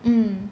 mm